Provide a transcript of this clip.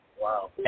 Wow